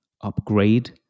upgrade